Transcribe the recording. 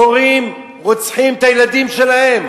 הורים רוצחים את הילדים שלהם.